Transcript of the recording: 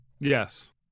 yes